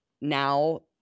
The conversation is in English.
now